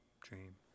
Dream